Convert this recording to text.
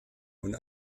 und